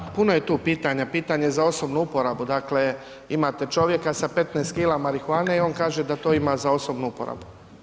Da, puno je tu pitanja, pitanje za osobnu uporabu, dakle imate čovjeka sa 15 kg marihuane i on kaže da to ima za osobnu uporabu.